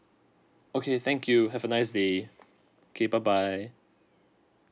okay thank you have a nice day okay bye bye